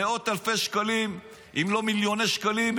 מאות אלפי שקלים אם לא מיליוני שקלים,